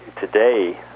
today